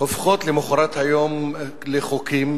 הופכות למחרת היום לחוקים